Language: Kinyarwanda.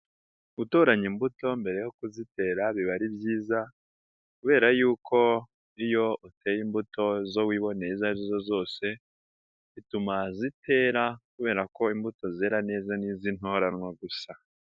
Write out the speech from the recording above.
Gutoranya imbuto mbere yo kuzitera biba ari byiza, kubera yuko iyo uteye imbuto zo wibone izo ari zo zose, bituma zitera kubera ko imbuto zera neza n'iz'intoranwa gusa.